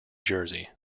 jersey